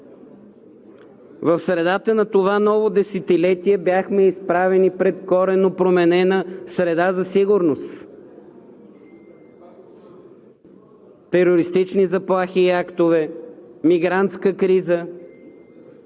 В средата на това ново десетилетие бяхме изправени пред коренно променена среда за сигурност – терористични заплахи и актове, мигрантска криза.